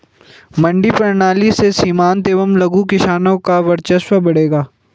मंडी प्रणाली से सीमांत एवं लघु किसानों का वर्चस्व बढ़ेगा